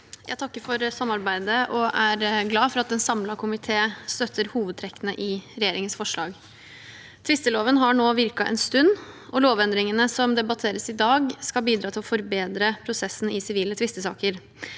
Jeg takker for sam- arbeidet og er glad for at en samlet komité støtter hovedtrekkene i regjeringens forslag. Tvisteloven har nå virket en stund. Lovendringene som debatteres i dag, skal bidra til å forbedre prosessen i sivile tvistesaker.